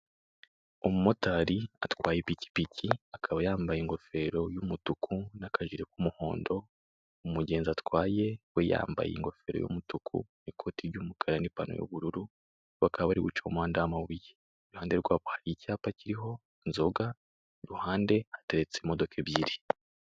Umumotari twaye ipikipiki, akaba yambaye ingofero y'umutuku n'akajiri k'umuhondo, umugenzi atwaye akaba yambaye we yambaye ingofero y'umutuku, ikote ry'umukara n'ipantaro y'ubururu, bakaba bari buce mu muhanda w'amabuye, iruhande rwabo hari icyapa kiriho inzoga, iruhande r hateretse imodoka ebyiri.